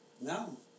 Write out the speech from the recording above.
No